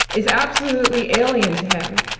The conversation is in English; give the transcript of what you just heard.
is absolutely alien to him.